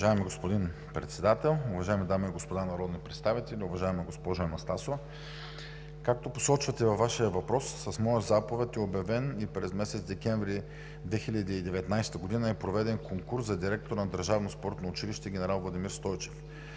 Уважаеми господин Председател, уважаеми дами и господа народни представители! Уважаема госпожо Анастасова, както посочвате във Вашия въпрос, с моя заповед е обявен и през месец декември 2019 г. е проведен конкурс за директор на държавно спортно училище „Генерал Владимир Стойчев“.